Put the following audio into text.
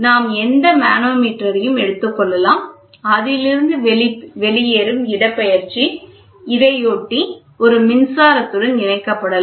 நாம் எந்த மனோமீட்டரையும் எடுத்துக் கொள்ளலாம் அதிலிருந்து வெளியேறும் இடப்பெயர்ச்சி இதையொட்டி ஒரு மின்சாரத்துடன் இணைக்கப்படலாம்